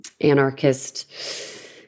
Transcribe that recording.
anarchist